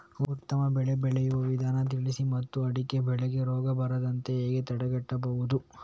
ಉತ್ತಮ ಬೆಳೆ ಬೆಳೆಯುವ ವಿಧಾನ ತಿಳಿಸಿ ಮತ್ತು ಅಡಿಕೆ ಬೆಳೆಗೆ ರೋಗ ಬರದಂತೆ ಹೇಗೆ ತಡೆಗಟ್ಟಬಹುದು?